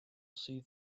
see